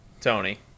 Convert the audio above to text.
Tony